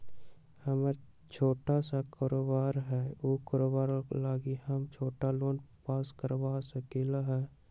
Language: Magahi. हमर छोटा सा कारोबार है उ कारोबार लागी हम छोटा लोन पास करवा सकली ह?